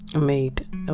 made